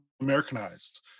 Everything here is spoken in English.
Americanized